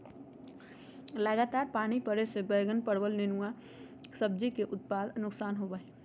लगातार पानी पड़े से बैगन, परवल, नेनुआ सब्जी के ज्यादा नुकसान होबो हइ